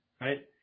right